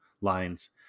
lines